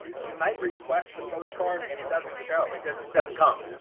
you might request the postcard and it doesn't show it does just doesn't come.